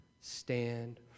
Stand